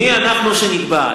מי אנחנו שנקבע.